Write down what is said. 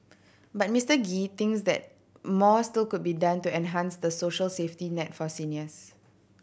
but Mister Gee thinks that more still could be done to enhance the social safety net for seniors